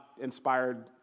inspired